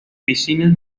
piscinas